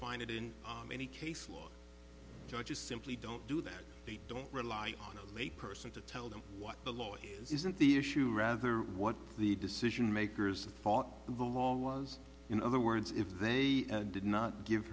find it in any case law judges simply don't do that they don't rely on a person to tell them what the law isn't the issue rather what the decision makers thought the law was in other words if they did not give